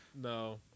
No